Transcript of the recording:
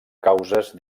causes